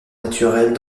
naturelle